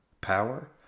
power